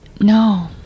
No